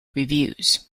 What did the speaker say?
reviews